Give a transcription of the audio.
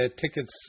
tickets